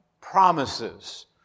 promises